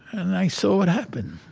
and i saw what happened.